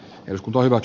jotkut voivat